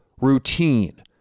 routine